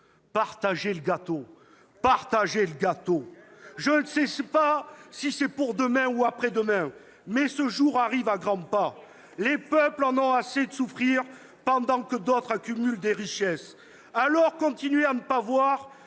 !» Quel gâteau ? Et la cerise ?... Je ne sais pas si c'est pour demain ou pour après-demain, mais ce jour arrive à grands pas. Les peuples en ont assez de souffrir pendant que d'autres accumulent des richesses. Alors, continuez à ne pas voir